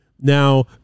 Now